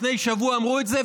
לפני שבוע אמרו את זה,